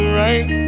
right